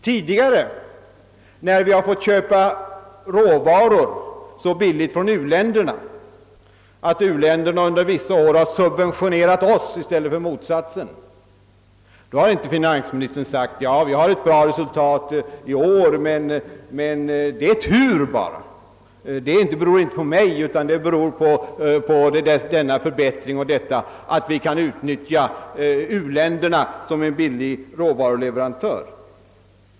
Tidigare, när vi har fått köpa råvaror så billigt från u-länderna, att u-länderna under vissa år subventionerat oss i stället för motsatsen, har emellertid finansministern inte sagt: Vi har ett bra resultat att redovisa i år, men det är bara tur; det beror inte på mig utan på att vi kan utnyttja u-länderna som billiga råvaruleverantörer.